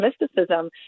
mysticism